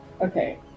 Okay